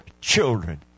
children